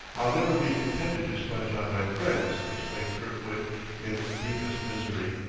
i'll never be contented to sponge on my friends, explained kirkwood in deepest misery.